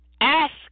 ask